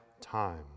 time